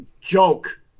joke